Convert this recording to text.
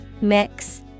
Mix